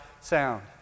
sound